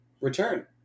return